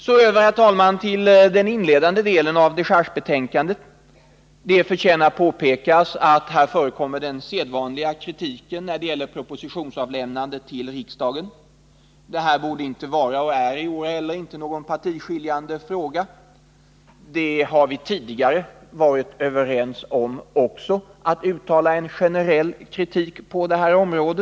Så över till innehållet i den inledande delen av dechargebetänkandet. Det förtjänar påpekas att den sedvanliga kritiken förekommer i fråga om propositionsavlämnandet till riksdagen. Det här borde inte vara och är i år inte heller någon partiskiljande fråga. Vi har också tidigare varit överens om att uttala en generell kritik på detta område.